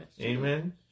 amen